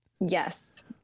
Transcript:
Yes